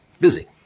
busy